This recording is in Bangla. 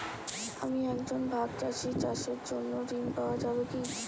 আমি একজন ভাগ চাষি চাষের জন্য ঋণ পাওয়া যাবে কি?